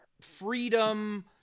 freedom